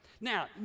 Now